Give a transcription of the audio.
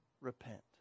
repent